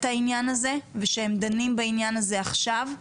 העניין הזה ושהם דנים בעניין הזה עכשיו.